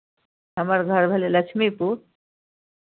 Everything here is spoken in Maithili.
हमर घर भेलै लक्ष्मीपुर